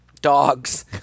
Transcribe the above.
dogs